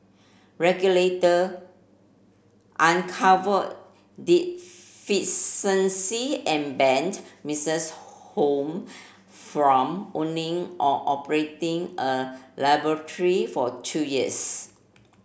regulator uncovered deficiency and banned Misses Holmes from owning or operating a laboratory for two years